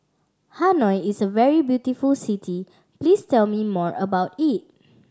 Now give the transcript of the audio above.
Hanoi is a very beautiful city please tell me more about it